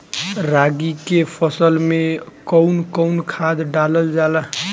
रागी के फसल मे कउन कउन खाद डालल जाला?